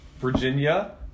Virginia